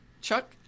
Chuck